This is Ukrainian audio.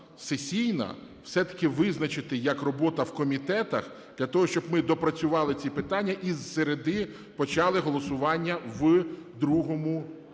сесійна, все-таки визначити як робота в комітетах для того, щоб ми доопрацювали ці питання, і з середи почали голосування в другому